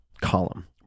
column